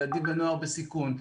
לילדים ונוער בסיכון,